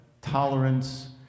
tolerance